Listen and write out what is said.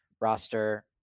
roster